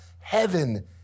heaven